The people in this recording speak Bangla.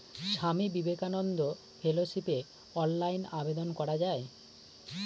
স্বামী বিবেকানন্দ ফেলোশিপে কি অনলাইনে আবেদন করা য়ায়?